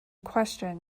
question